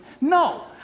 No